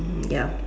yeap